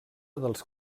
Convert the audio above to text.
dels